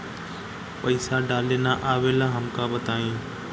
पईसा डाले ना आवेला हमका बताई?